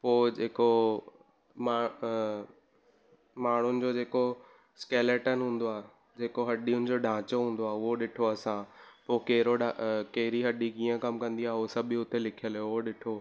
पोइ जेको मां माण्हुनि जो जेको स्कैलेटन हूंदो आहे जेको हडीयुनि जो ढांचो हूंदो आहे उहो ॾिठो असां पोइ कहिड़ो ढां कहिड़ी हडी कीअं कम कंदी आहे उहो सभु बि हुते लिखियलु हुओ उहो ॾिठो